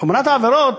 בחומרת העבירות